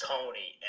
Tony